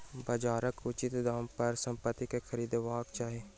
बजारक उचित दाम पर संपत्ति के खरीदबाक चाही